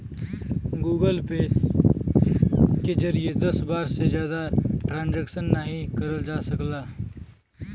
Google Pay के जरिए दस बार से जादा ट्रांजैक्शन नाहीं करल जा सकला